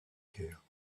guerres